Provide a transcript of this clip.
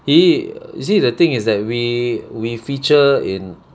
he you see the thing is that we we feature in